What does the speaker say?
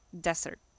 desert